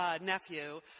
nephew